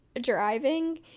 driving